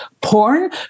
porn